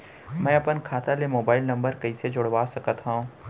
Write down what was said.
मैं अपन खाता ले मोबाइल नम्बर कइसे जोड़वा सकत हव?